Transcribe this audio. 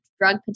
drug